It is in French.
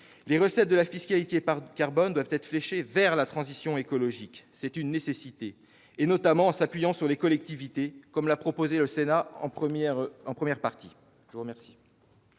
Les recettes de la fiscalité carbone doivent être fléchées vers la transition écologique, c'est une nécessité, et notamment en s'appuyant sur les collectivités, comme l'a proposé le Sénat dans le cadre